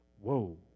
Whoa